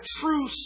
true